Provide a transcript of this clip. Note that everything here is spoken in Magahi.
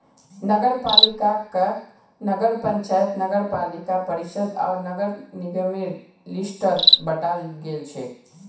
नगरपालिकाक नगर पंचायत नगरपालिका परिषद आर नगर निगमेर लिस्टत बंटाल गेलछेक